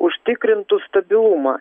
užtikrintų stabilumą